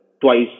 twice